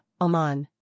Oman